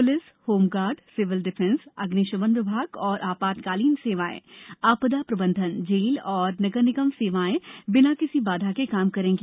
police home guard civil defence अग्निशमन विभाग और आपातकालीन सेवाएं आपदा प्रबंधन जेल और नगर निगम सेवाएं बिना किसी बाधा के काम करेंगी